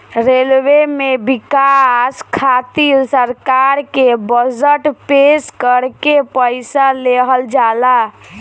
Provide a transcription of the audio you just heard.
railway में बिकास खातिर सरकार के बजट पेश करके पईसा लेहल जाला